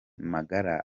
magara